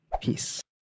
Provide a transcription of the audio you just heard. Peace